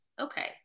okay